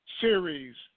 series